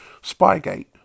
Spygate